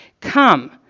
come